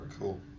Cool